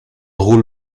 roule